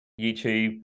YouTube